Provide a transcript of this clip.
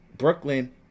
Brooklyn